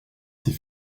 ses